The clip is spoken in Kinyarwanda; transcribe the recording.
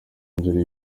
kugenzura